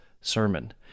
sermon